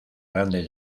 grandes